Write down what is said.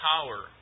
power